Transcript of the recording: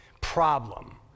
problem